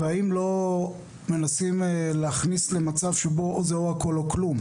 והאם לא מנסים להכניס למצב שבו זה הכל או כלום.